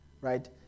right